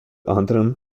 anderem